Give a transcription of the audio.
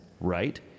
right